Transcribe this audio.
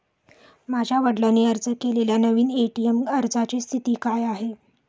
माझ्या वडिलांनी अर्ज केलेल्या नवीन ए.टी.एम अर्जाची स्थिती काय आहे?